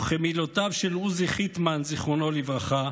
כמילותיו של עוזי חיטמן, זיכרונו לברכה: